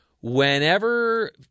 whenever